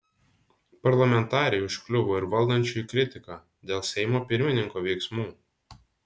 parlamentarei užkliuvo ir valdančiųjų kritika dėl seimo pirmininko veiksmų